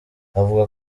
avuga